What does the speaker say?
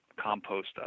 compost